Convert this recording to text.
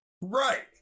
Right